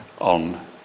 on